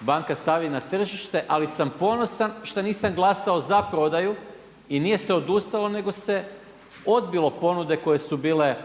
banka stavi na tržište, ali sam ponosan šta nisam glasao za prodaju i nije se odustalo nego se odbilo ponude koje su bile